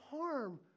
harm